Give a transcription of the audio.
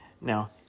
Now